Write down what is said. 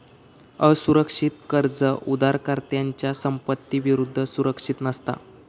असुरक्षित कर्ज उधारकर्त्याच्या संपत्ती विरुद्ध सुरक्षित नसता